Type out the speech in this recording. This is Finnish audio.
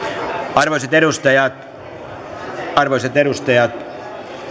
arvoisat edustajat arvoisat edustajat